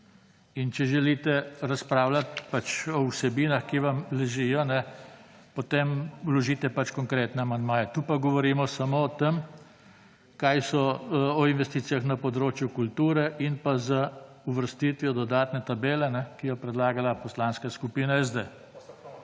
In če želite razpravljati o vsebinah, ki vam ležijo, potem vložite pač konkretne amandmaje. Tu pa govorimo samo o investicijah na področju kulture in pa z uvrstitvijo dodatne tabele, ki jo je predlagala Poslanska skupina SD.